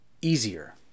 easier